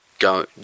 go